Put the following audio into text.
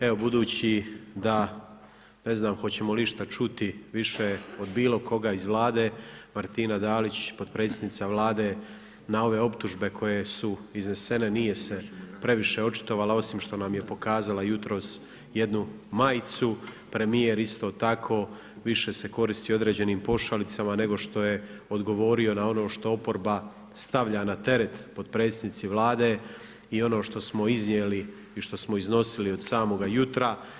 Evo, budući da ne znam hoćemo li išta čuti više od bilo koga iz Vlade, Martina Dalić potpredsjednica Vlade na ove optužbe koje su iznesene nije se previše očitovala, osim što nam je pokazala jutros jednu majicu, premijer isto tako, više se koristio određenim pošalicama, nego što je odgovorio na ono što oporba stavlja na teret potpredsjednici Vlade i ono što smo iznijeli i što smo iznosili od samoga jutra.